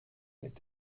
mit